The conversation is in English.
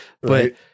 but-